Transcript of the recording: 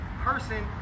person